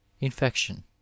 Infection